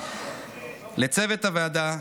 לצוות הוועדה,